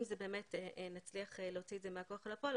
אם באמת נצליח להוציא את זה מהכוח אל הפועל,